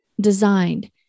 designed